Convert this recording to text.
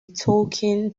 tolkien